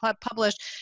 published